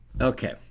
Okay